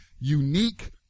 unique